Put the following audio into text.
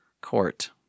Court